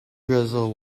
drizzle